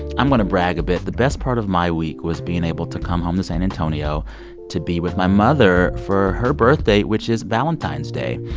i'm going to brag a bit. the best part of my week was being able to come home to san antonio to be with my mother for her birthday, which is valentine's day.